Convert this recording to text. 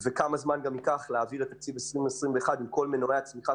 זמן ייקח להעביר את תקציב 2021 עם כל מנועי הצמיחה